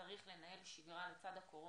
שצריך לנהל שגרה לצד הקורונה.